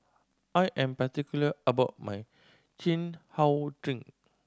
I am particular about my chin How drink